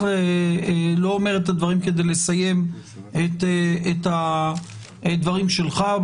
אני לא אומר את הדברים כדי לסיים את הדברים שלך.